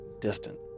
distant